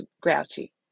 grouchy